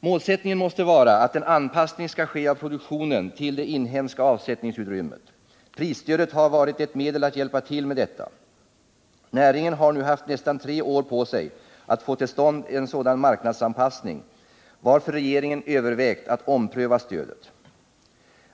Målsättningen måste vara att en anpassning skall ske av produktionen till det inhemska avsättningsutrymmet. Prisstödet har varit ett medel att hjälpa till med detta. Näringen har nu haft nästan tre år på sig att få till stånd en sådan marknadsanpassning, varför regeringen övervägt att ompröva stödet.